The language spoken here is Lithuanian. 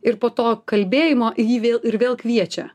ir po to kalbėjimo jį vėl ir vėl kviečia